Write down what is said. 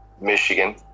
Michigan